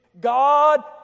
God